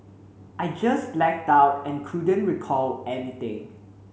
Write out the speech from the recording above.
I just blacked out and couldn't recall anything